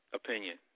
opinion